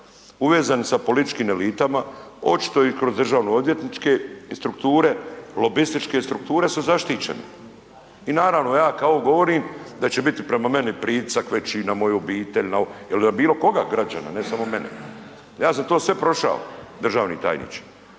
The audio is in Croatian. uvezani sa političkim elitama očito i kroz državnoodvjetničke strukture, lobističke strukture su zaštićeni. I naravno ja kad ovo govorim da će biti prema meni pritisak veći, na moju obitelj il na bilo koga građana ne samo mene. Ja sam sve to prošao državni tajniče,